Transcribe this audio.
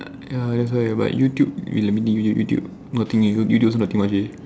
ya that's why but YouTube wait let me think YouTube nothing eh video also nothing much leh